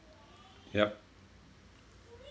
yup